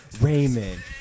Raymond